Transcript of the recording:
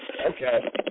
Okay